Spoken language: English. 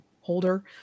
holder